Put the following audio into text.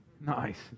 Nice